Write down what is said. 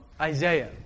Isaiah